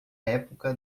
época